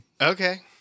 Okay